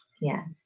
Yes